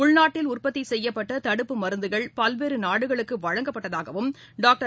உள்நாட்டில் உற்பத்தி செய்யப்பட்ட தடுப்பு மருந்துகள் பல்வேறு நாடுகளுக்கு வழங்கப்பட்டதாகவும் டாக்டர்